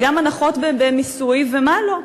וגם הנחות במיסוי ומה לא.